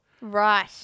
Right